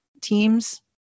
teams